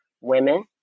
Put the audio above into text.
women